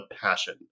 passion